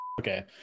okay